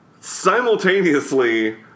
simultaneously